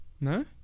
No